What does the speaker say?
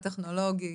הטכנולוגי.